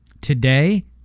Today